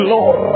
Lord